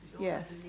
Yes